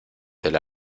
del